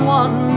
one